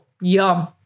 yum